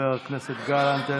חבר הכנסת גלנט,